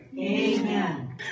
amen